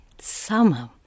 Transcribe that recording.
Summer